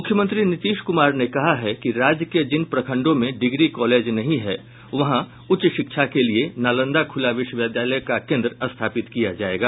मुख्यमंत्री नीतीश कुमार ने कहा है कि राज्य के जिन प्रखंडों में डिग्री कॉलेज नहीं है वहां उच्च शिक्षा के लिये नालंदा खुला विश्वविद्यालय का केंद्र स्थापित किया जायेगा